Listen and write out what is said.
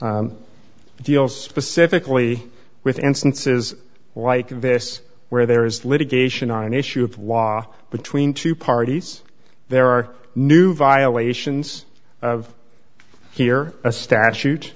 deals specifically with instances like this where there is litigation on an issue of law between two parties there are new violations here a statute